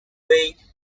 way